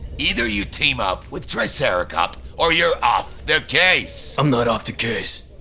either you team up with triceracop, or you're off the case. i'm not off the case,